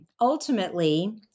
Ultimately